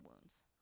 wounds